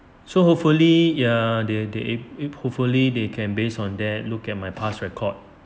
so hopefully ya they they hopefully they can base on that look at my past record